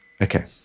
Okay